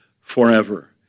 forever